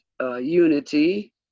unity